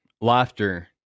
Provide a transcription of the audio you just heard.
Laughter